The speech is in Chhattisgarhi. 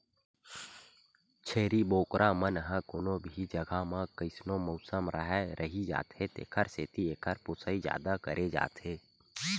छेरी बोकरा मन ह कोनो भी जघा म कइसनो मउसम राहय रहि जाथे तेखर सेती एकर पोसई जादा करे जाथे